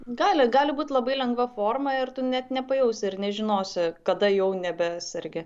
gali gali būt labai lengva forma ir tu net nepajausi ir nežinosi kada jau nebesergi